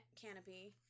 canopy